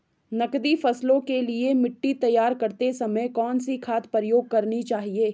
नकदी फसलों के लिए मिट्टी तैयार करते समय कौन सी खाद प्रयोग करनी चाहिए?